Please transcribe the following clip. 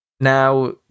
Now